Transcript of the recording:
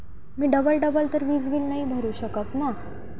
मी double double तर वीज bill नाही भरू शकत ना